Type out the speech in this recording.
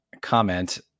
comment